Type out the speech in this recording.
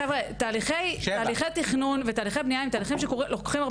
חבר'ה תהליכי תכנון ותהליכי בנייה הם תהליכים שלוקחים הרבה זמן.